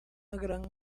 gran